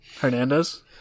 Hernandez